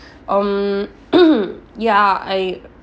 um ya I